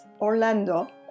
Orlando